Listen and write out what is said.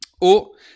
au